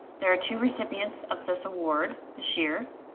there are two recipients of this award this year.